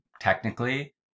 technically